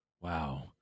Wow